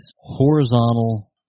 horizontal